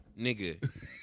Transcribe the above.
nigga